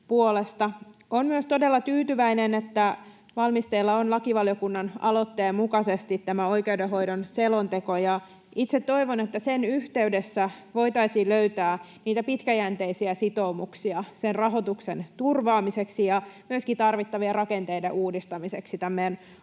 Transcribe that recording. Olen myös todella tyytyväinen, että valmisteilla on lakivaliokunnan aloitteen mukaisesti tämä oikeudenhoidon selonteko, ja itse toivon, että sen yhteydessä voitaisiin löytää pitkäjänteisiä sitoumuksia rahoituksen turvaamiseksi ja myöskin tarvittavien rakenteiden uudistamiseksi tämän meidän oikeusvaltion